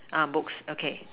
uh books okay